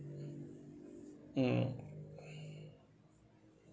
mm